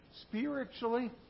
Spiritually